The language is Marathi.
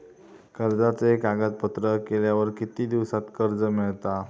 कर्जाचे कागदपत्र केल्यावर किती दिवसात कर्ज मिळता?